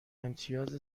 امتیاز